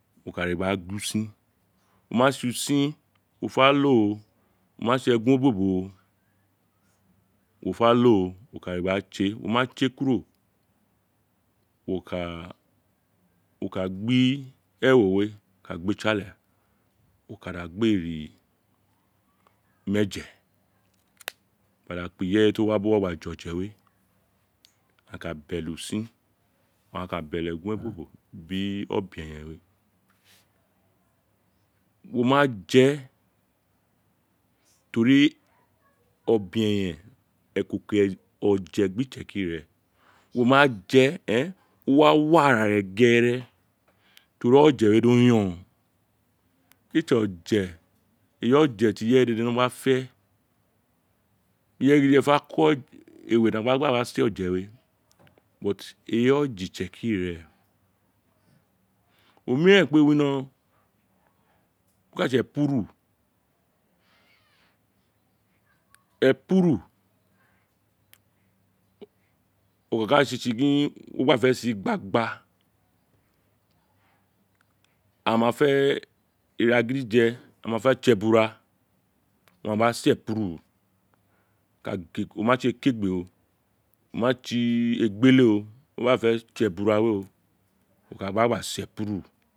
Wo ka re gba gun usin o ma tse usin wo fe loo o ma tse eguobobo oo wo fe lo wo ka re gba tse wo ma tse kuro wo ka wo ka gbi ewo we wo ka gbe isiale wo ka da gbe ri wo ka da kpi ireye ti o wa bi uwo je oje we a ka bele usin a ka di bele egunobo bo bi obeyen we wo ma je to ri obeo eyen ekoko oje gbi itsekiri reen wo ma je o wa wi arare gere to ri oje we do yon eyi oje di ireye dede no fe ren ireye yidge fe ko ewe ti a kete ka se oje we eyi oje itsekiri reen omiren kpe wino oka tse epuru epuru o ka ka tsi tsi gin wo ma fe se igbagba aghan ma fe ira gidije a ma fe tse ebura owun a gba se epuru a ka tse o ma tse ekeregbe o o ma tse egbele o mo ma fe tse ebura we wo ka gba gba se epuru